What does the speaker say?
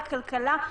לכלכלה,